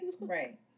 Right